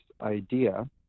idea